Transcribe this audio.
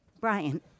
Brian